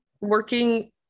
working